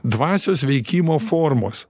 dvasios veikimo formos